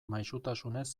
maisutasunez